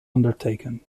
undertaken